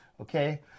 okay